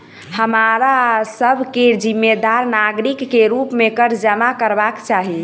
हमरा सभ के जिम्मेदार नागरिक के रूप में कर जमा करबाक चाही